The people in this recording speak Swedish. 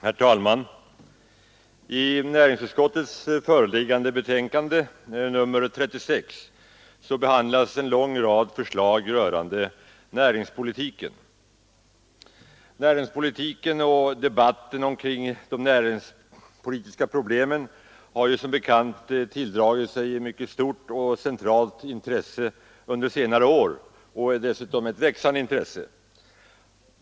Herr talman! I näringsutskottets föreliggande betänkande nr 36 behandlas en lång rad förslag rörande näringspolitiken. Debatten omkring de näringspolitiska problemen har som bekant tilldragit sig ett mycket stort och centralt intresse under senare år och dessutom ett växande intresse.